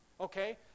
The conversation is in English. okay